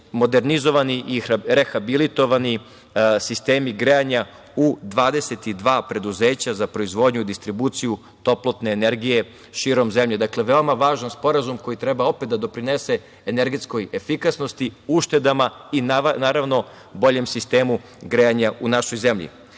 modernizovani i rehabilitovani sistemi grejanja u 22 preduzeća za proizvodnju i distribuciju toplotne energije širom zemlje. Dakle, veoma važan sporazum koji treba opet da doprinese energetskoj efikasnosti, uštedama i naravno boljem sistemu grejanja u našoj zemlji. Pred